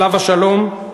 עליו השלום.